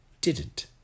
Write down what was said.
didn't